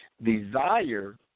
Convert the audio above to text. Desire